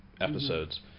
episodes